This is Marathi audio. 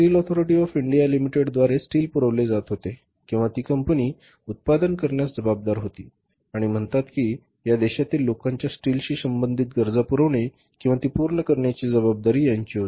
steel authority of India limited द्वारे स्टील पुरवले जात होते किंवा ती कंपनी उत्पादन करण्यास जबाबदार होती आणि म्हणतात की या देशातील लोकांच्या स्टीलशी संबंधित गरजा पुरविणे किंवा ती पूर्ण करण्याची जबाबदारी यांची होती